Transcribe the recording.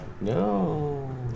No